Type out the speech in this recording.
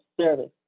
service